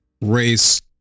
race